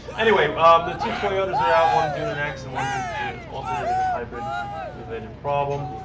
anyway. um the two toyotas are out, one due to an accident, one due to an alternator-hybrid related problem.